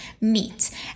meat